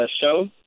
show